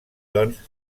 doncs